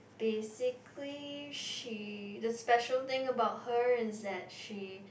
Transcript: basically she the special thing about her is that she